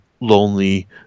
lonely